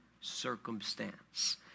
circumstance